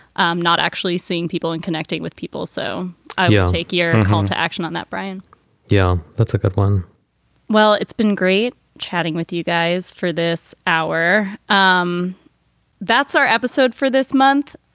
i'm not actually seeing people and connecting with people. so i'll take your call to action on that, brian yeah, that's a good one well, it's been great chatting with you guys for this hour. um that's our episode for this month.